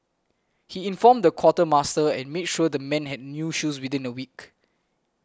he informed the quartermaster and made sure the men had new shoes within a week